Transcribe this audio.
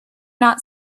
not